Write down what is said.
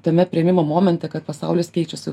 tame priėmimo momente kad pasaulis keičiasi